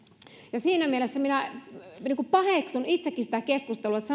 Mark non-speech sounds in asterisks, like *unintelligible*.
ja siinä mielessä minä minä paheksun itsekin sitä keskustelua että *unintelligible*